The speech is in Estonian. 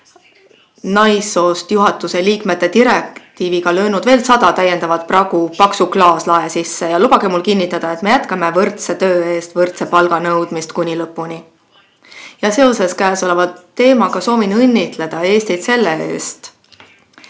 naissoost juhatuse liikmete direktiiviga löönud veel sada täiendavat pragu paksu klaaslae sisse. Lubage mul kinnitada, et me jätkame võrdse töö eest võrdse palga saamise nõudmist lõpuni. Seoses käesoleva teemaga soovin õnnitleda Eestit selle eest,